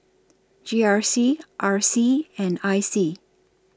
G R C R C and I C